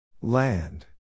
Land